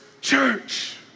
church